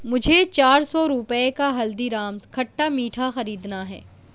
مجھے چار سو روپے کا ہلدی رامز کھٹا میٹھا خریدنا ہے